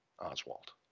Oswald